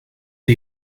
are